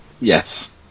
Yes